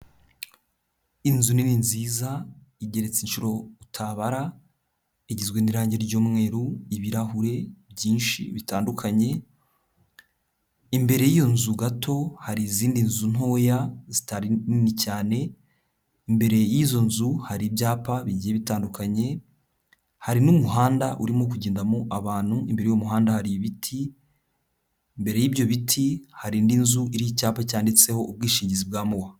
Inzu nini nziza igeretse inshuro utabara, igizwe n'irange ry'umweru ibirahure byinshi bitandukanye, imbere y'iyo nzu gato hari izindi nzu ntoya zitari nini cyane, imbere y'izo nzu hari ibyapa bigiye bitandukanye, hari n'umuhanda urimo kugendamo abantu, imbere y'uwo muhanda hari ibiti, mbere y'ibyo biti hari n'inzu iriho icyapa cyanditseho ubwishingizi bwa Mowa.